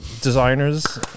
designers